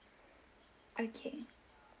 okay